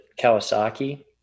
Kawasaki